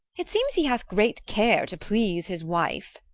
it seems he hath great care to please his wife.